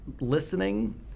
listening